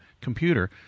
computer